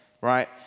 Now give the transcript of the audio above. right